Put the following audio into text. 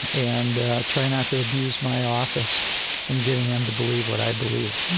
and try not to abuse my office in getting them to believe what i believe.